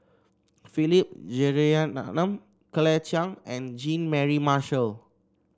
Philip Jeyaretnam Claire Chiang and Jean Mary Marshall